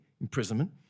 imprisonment